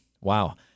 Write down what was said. Wow